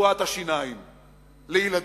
רפואת השיניים לילדים.